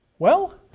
well,